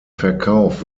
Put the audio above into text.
verkauf